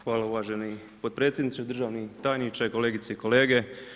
Hvala uvaženi potpredsjedniče, državni tajniče, kolegice i kolege.